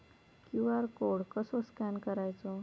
QR code कसो scan करायचो?